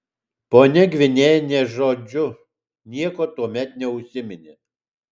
ponia gvinėja nė žodžiu nieko tuomet neužsiminė